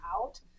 out